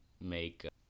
make